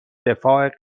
دفاع